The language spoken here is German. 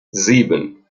sieben